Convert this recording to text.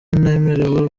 ntemerewe